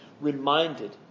reminded